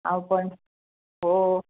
अहो पण हो